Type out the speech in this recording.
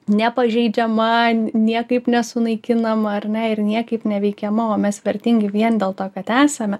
nepažeidžiama niekaip nesunaikinama ar ne ir niekaip neveikiama o mes vertingi vien dėl to kad esame